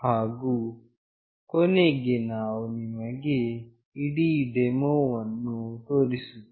ಹಾಗು ಕೊನೆಗೆ ನಾವು ನಿಮಗೆ ಇಡೀ ಡೆಮೋವನ್ನು ತೋರಿಸುತ್ತೇವೆ